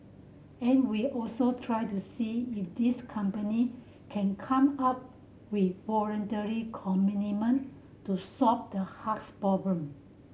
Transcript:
and we'll also try to see if these company can come up with voluntary commitment to solve the haze problem